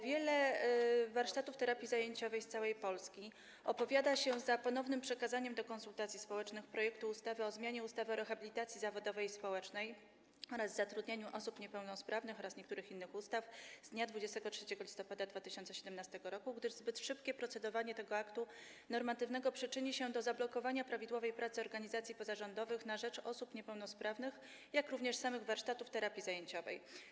Wiele warsztatów terapii zajęciowej z całej Polski opowiada się za ponownym przekazaniem do konsultacji społecznych projektu ustawy o zmianie ustawy o rehabilitacji zawodowej i społecznej oraz zatrudnianiu osób niepełnosprawnych oraz niektórych innych ustaw z dnia 23 listopada 2017 r., gdyż zbyt szybkie procedowanie tego aktu normatywnego przyczyni się do zablokowania prawidłowej pracy organizacji pozarządowych na rzecz osób niepełnosprawnych, jak również samych warsztatów terapii zajęciowej.